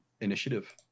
initiative